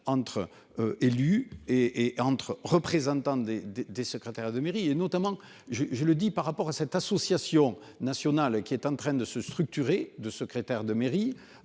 entre élus et et entre représentants des des des secrétaires de mairie et notamment je le dis par rapport à cette association nationale qui est en train de se structurer, de secrétaire de mairie.